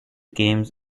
games